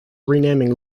renaming